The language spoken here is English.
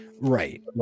right